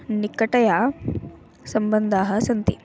निकट सम्बन्धाः सन्ति